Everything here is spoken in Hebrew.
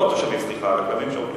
לא תושבים, סליחה, כלבים שאוכלים.